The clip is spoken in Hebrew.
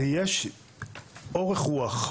זה יש אורך רוח.